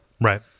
right